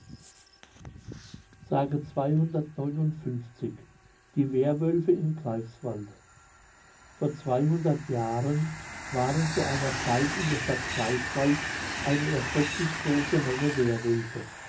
die währwölfe in greifswald vor zweihundert jahren waren zu einer zeit in der stadt greifswald eine erschrecklich große menge